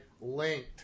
linked